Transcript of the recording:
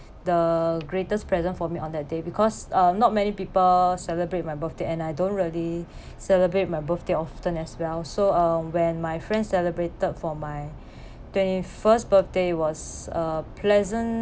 the greatest present for me on that day because uh not many people celebrate my birthday and I don't really celebrate my birthday often as well so um when my friend celebrated for my twenty first birthday was a pleasant